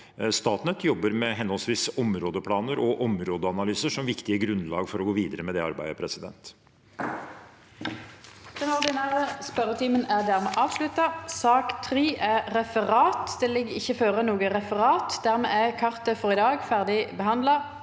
Statnett jobber med henholdsvis områdeplaner og områdeanalyser som viktige grunnlag for å gå videre med det arbeidet. Presidenten